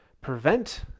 prevent